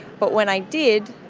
but when i did,